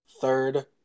third